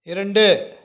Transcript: இரண்டு